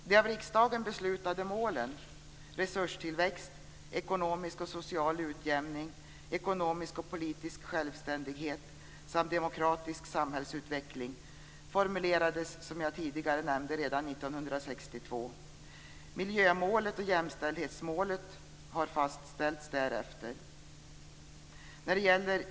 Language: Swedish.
De av riksdagen beslutade målen, resurstillväxt, ekonomisk och social utjämning, ekonomisk och politisk självständighet samt demokratisk samhällsutveckling, formulerades, som jag tidigare nämnde, redan 1962. Därefter har miljömålet och jämställdhetsmålet fastställts.